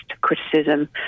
criticism